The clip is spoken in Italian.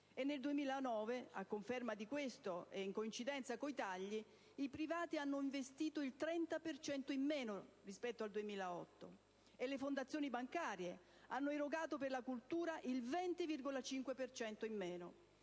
nel 2009, a conferma di questo e in coincidenza con i tagli, i privati hanno investito il 30 per cento in meno rispetto al 2008, e le fondazioni bancarie hanno erogato per la cultura il 20,5 per cento